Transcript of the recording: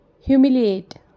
Humiliate